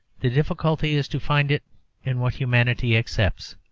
the difficulty is to find it in what humanity accepts.